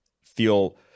Feel